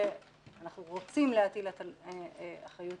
שאנחנו רוצים להטיל אחריות